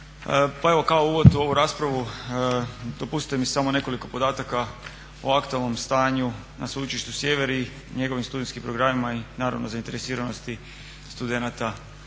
pa evo kao uvod u ovu raspravu dopustite mi samo nekoliko podataka o aktualnom stanju na Sveučilištu Sjever i njegovim studijskim programima i naravno zainteresiranosti studenata